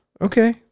Okay